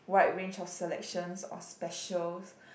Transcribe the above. wide range of selections or specials